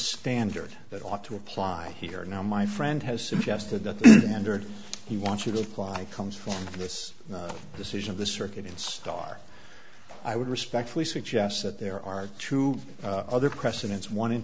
standard that ought to apply here now my friend has suggested that he wants you to supply comes from this decision of the circuit in starr i would respectfully suggest that there are two other precedents one in